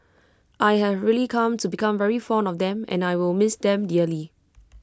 I have really come to become very fond of them and I will miss them dearly